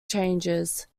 changes